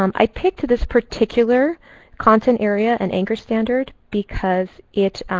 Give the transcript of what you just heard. um i picked this particular content area and anchor standard because it